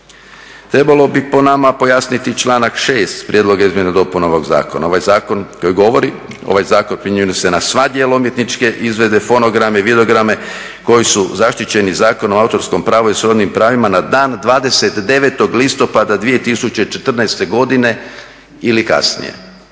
Trebalo bi po nama pojasniti članak 6. prijedloga izmjena dopuna ovog zakona. Ovaj zakon koji govori, ovaj zakon primjenjuje se na sva djela umjetničke izvedbe, fonograme, vilograme koji su zaštićeni Zakonom o autorskom pravu jer su oni pravima na dan 29. listopada 2014. godine ili kasnije.